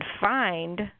find